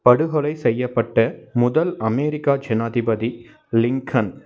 படுகொலை செய்யப்பட்ட முதல் அமெரிக்கா ஜனாதிபதி லிங்கன்